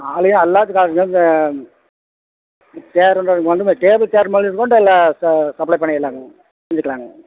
ஆளுகள் எல்லாத்துக்கும் ஆள் இருக்குதுங்க இந்த சேர் மொதற் கொண்டு டேபிள் சேர் மொதற் கொண்டு எல்லாம் ச சப்ளை பண்ணிடலாங்க செஞ்சுக்கலாங்க